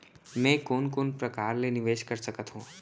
मैं कोन कोन प्रकार ले निवेश कर सकत हओं?